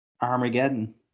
Armageddon